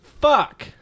Fuck